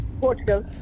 Portugal